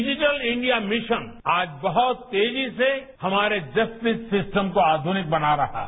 विपिटल India mission आज बहुत तेजी से हमारे जस्टिस सिस्टम को आधुनिक बना रहा है